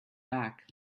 back